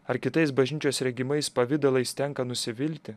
ar kitais bažnyčios regimais pavidalais tenka nusivilti